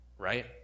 right